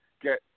get